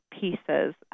pieces